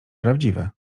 prawdziwe